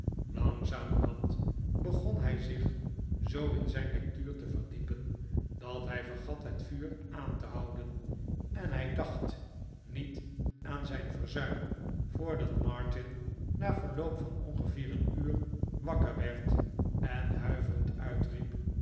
langzamerhand begon hij zich zoo in zijn lectuur te verdiepen dat hij vergat het vuur aan te houden en hij maarten chuzzlewit dacht niet aan zijn verzuim voordat martin na verloop van ongeveer een uur wakker werd en huiverend uitriep